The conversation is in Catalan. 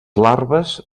larves